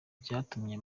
byatumye